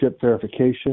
verification